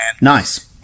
Nice